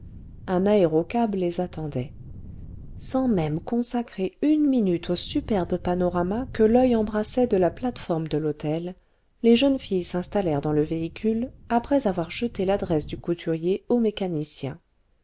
un aérocab les attendait sans même consacrer une minute au superbe panorama que l'oeil embrassait de la plate-forme de l'hôtel les jeunes filles s'installèrent dans le véhicule après avoir jeté l'adresse du couturier an mécanicien